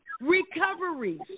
recoveries